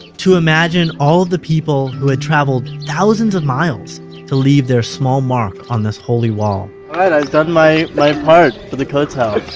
to imagine all of the people who had traveled thousands of miles to leave their small mark on this holy wall alright, i've done my, my part for the kotel.